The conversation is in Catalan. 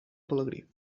pelegrí